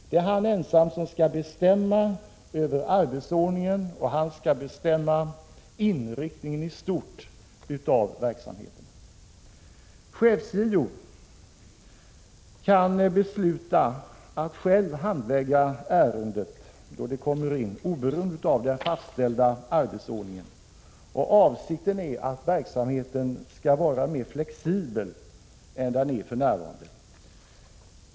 Det är han ensam som skall bestämma över arbetsordningen, och han skall bestämma inriktningen i stort av verksamheten. Chefs-JO kan, när ett ärende kommer in, besluta att själv handlägga ärendet oberoende av den fastställda arbetsordningen. Avsikten är att verksamheten skall vara mer flexibel än den är för närvarande.